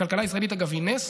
אגב, הכלכלה הישראלית היא נס.